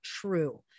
true